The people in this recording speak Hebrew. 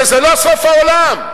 שזה לא סוף העולם,